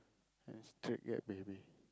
and straight get baby